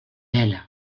elle